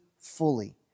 fully